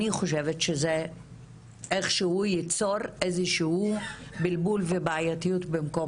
אני חושבת שזה איכשהו ייצור איזשהו בלבול ובעייתיות במקום